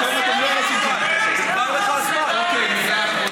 פתאום אתם לא רוצים, לא, לא.